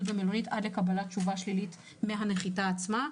במלונית עד לקבלת תשובה שלילית מהנחיתה עצמה,